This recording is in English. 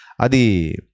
adi